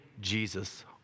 Jesus